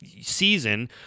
season